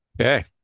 Okay